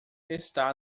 está